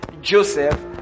Joseph